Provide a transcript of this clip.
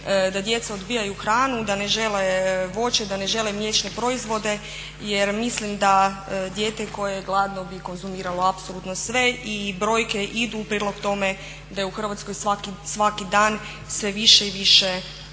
da djeca odbijaju hranu, da ne žele voće, da ne žele mliječne proizvode jer mislim da dijete koje je gladno bi konzumiralo apsolutno sve i brojke idu u prilog tome da je u Hrvatskoj svaki dan sve više i više